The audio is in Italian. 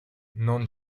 non